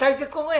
מתי זה קורה.